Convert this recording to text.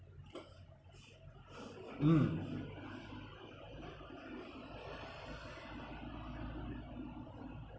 mm